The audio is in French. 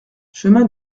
chemin